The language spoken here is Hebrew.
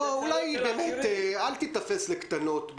אל תיתפס לקטנות.